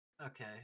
Okay